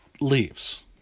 leaves